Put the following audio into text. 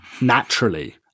Naturally